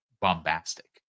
bombastic